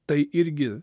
tai irgi